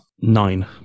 Nine